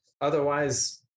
Otherwise